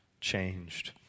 changed